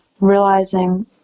realizing